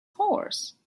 horse